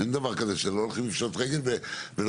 אין דבר כזה שלא הולכים לפשוט רגל ולהוציא